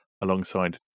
alongside